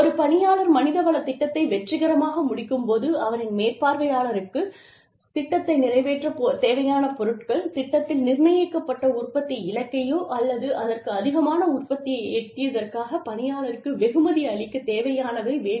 ஒரு பணியாளர் மனிதவள திட்டத்தை வெற்றிகரமாக முடிக்கும் போது அவரின் மேற்பார்வையாளருக்குத் திட்டத்தை நிறைவேற்ற தேவையான பொருட்கள் திட்டத்தில் நிர்ணயிக்கப்பட்ட உற்பத்தி இலக்கையோ அல்லது அதற்கு அதிகமான உற்பத்தியை எட்டியதற்காக பணியாளருக்கு வெகுமதி அளிக்கத் தேவையானவை வேண்டும்